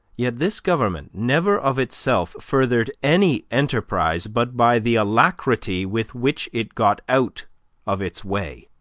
yet this government never of itself furthered any enterprise, but by the alacrity with which it got out of its way.